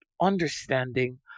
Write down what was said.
understanding